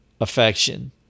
Affection